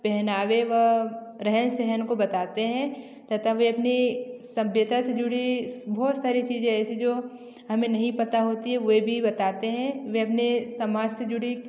पहनावे व रहन सहन को बताते हैं तथा वे अपने सभ्यता से जुड़ी बहुत सारे चीज़ें ऐसी जो हमें नहीं पता होती है वे भी बताते हैं वह अपने समाज से जुड़ी